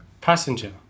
Passenger